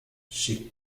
she